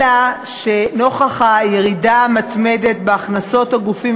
אלא שנוכח הירידה המתמדת בהכנסות הגופים